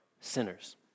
sinners